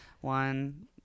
one